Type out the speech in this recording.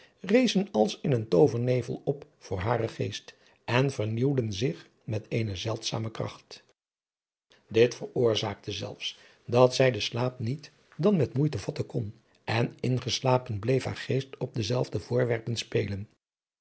rezen als in een toovernevel op voor haren geest en vernieuwden zich met eene zeldzame kracht dit veroorzaakte zelfs dat zij den slaap niet dan met moeite vatten kon en ingeslapen bleef haar geest op dezelfde voorwerpen spelen